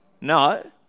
No